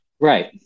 Right